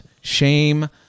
shame